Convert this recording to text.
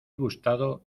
gustado